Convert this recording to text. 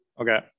Okay